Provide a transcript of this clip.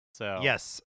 Yes